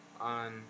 on